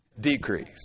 decrease